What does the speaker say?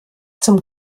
zum